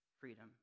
freedom